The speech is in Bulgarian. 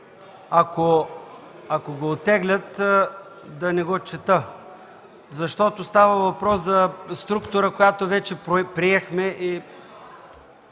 Ако го оттеглят, да не го чета, защото става въпрос за структура, която вече приехме.